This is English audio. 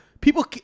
people